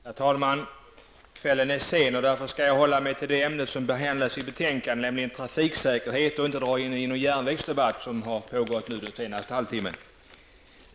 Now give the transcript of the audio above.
Herr talman! Kvällen är sen, och därför skall jag hålla mig till det ämne som behandlas i betänkandet, trafiksäkerhet, och inte den järnvägsdebatt som har pågått under den senaste halvtimmen.